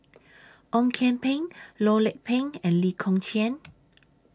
Ong Kian Peng Loh Lik Peng and Lee Kong Chian